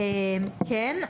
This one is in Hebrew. כן,